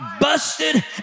busted